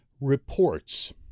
reports